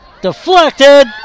Deflected